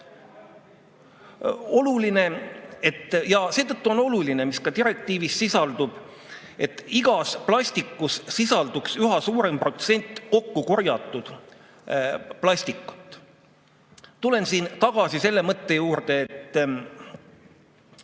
Ja seetõttu on oluline, mis ka direktiivis sisaldub, et igas plastikus sisalduks üha suurem protsent kokku korjatud plastikut. Tulen siin tagasi selle mõtte juurde, et